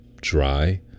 dry